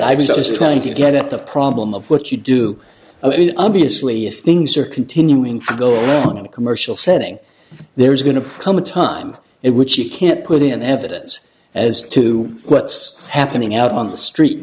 just trying to get at the problem of what you do i mean obviously if things are continuing to build on a commercial setting there is going to come a time in which you can't put in evidence as to what's happening out on the street